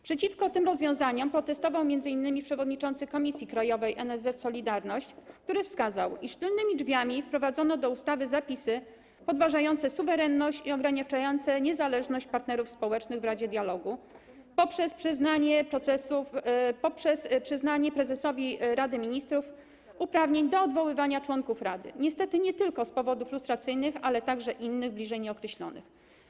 Przeciwko tym rozwiązaniom protestował m.in. przewodniczący Komisji Krajowej NSZZ „Solidarność”, który wskazał, iż tylnymi drzwiami wprowadzono do ustawy zapisy podważające suwerenność i ograniczające niezależność partnerów społecznych w Radzie Dialogu Społecznego poprzez przyznanie prezesowi Rady Ministrów uprawnień do odwoływania członków rady, niestety nie tylko z powodów lustracyjnych, ale także innych, bliżej nieokreślonych.